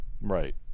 Right